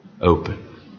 Open